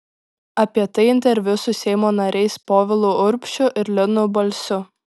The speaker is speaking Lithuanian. apie tai interviu su seimo nariais povilu urbšiu ir linu balsiu